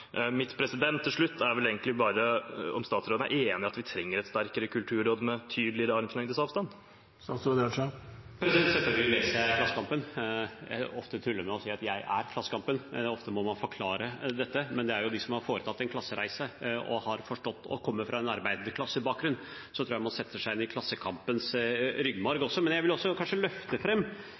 Mitt spørsmål til slutt er vel egentlig bare om statsråden er enig i at vi trenger et sterkere kulturråd med tydeligere armlengdes avstand. Selvfølgelig leser jeg Klassekampen. Jeg tuller ofte med å si at jeg er klassekampen. Ofte må man forklare dette, men hvis man har foretatt en klassereise og kommer fra en arbeiderklassebakgrunn, tror jeg man setter seg inn i klassekampens ryggmarg også. Men jeg vil også løfte